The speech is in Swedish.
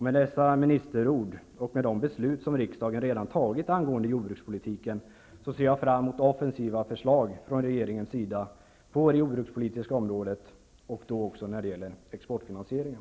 Med dessa ministerord och med de beslut som riksdagen redan fattat avseende jordbrukspolitiken ser jag fram emot offensiva förslag från regeringens sida på det jordbrukspolitiska området och då även när det gäller exportfinansieringen.